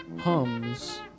hums